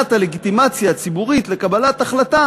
שמבחינת הלגיטימציה הציבורית לקבלת החלטה